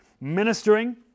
ministering